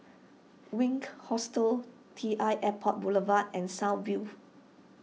Wink Hostel T l Airport Boulevard and South View